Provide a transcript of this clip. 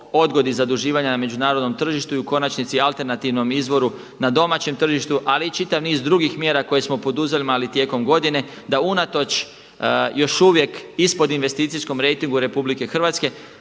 odgodi zaduživanja na međunarodnom tržištu i u konačnici alternativnim izvoru na domaćem tržištu ali i čitav niz drugih mjera koje smo poduzimali tijekom godine da unatoč još uvijek ispod investicijskom rejtingu RH